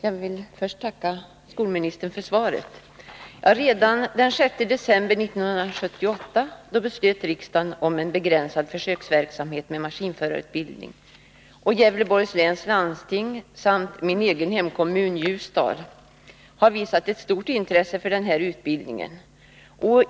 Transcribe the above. Herr talman! Jag tackar skolministern för svaret. Redan den 6 december 1978 beslöt riksdagen om en begränsad försöksverksamhet med maskinförarutbildning. Gävleborgs läns landsting och min egen hemkommun Ljusdal har visat stort intresse för denna.